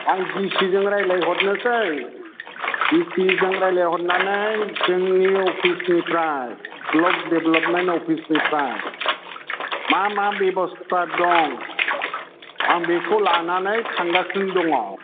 आं डिसिजों रायलायहरनोस डिसिजों रायज्लायहरनानै जोंनि अफिसनिफ्राय ब्लक डेभलपमेन्ट अफिसनिफ्राय मा मा बेब'स्था दं आं बेखौ लानानै थांगासिनो दङ